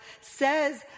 says